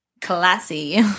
classy